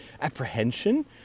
apprehension